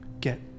get